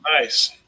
nice